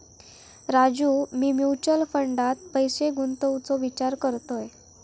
राजू, मी म्युचल फंडात पैसे गुंतवूचो विचार करतय